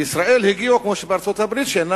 בישראל הגיעו, כמו בארצות-הברית, לכך